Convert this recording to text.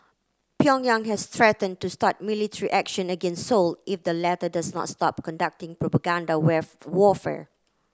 Pyongyang has threaten to start military action against Seoul if the latter does not stop conducting propaganda warfare